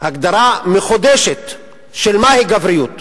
הגדרה מחודשת של גבריות,